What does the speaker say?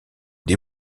des